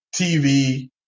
tv